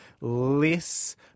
less